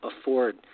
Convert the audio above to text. afford